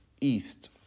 East